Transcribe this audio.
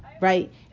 Right